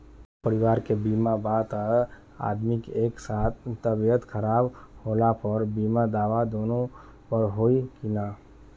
पूरा परिवार के बीमा बा त दु आदमी के एक साथ तबीयत खराब होला पर बीमा दावा दोनों पर होई की न?